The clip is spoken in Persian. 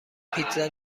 پیتزا